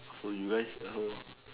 so you guys